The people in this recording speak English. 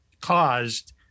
caused